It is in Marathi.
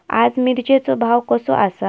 आज मिरचेचो भाव कसो आसा?